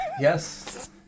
Yes